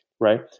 right